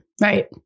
Right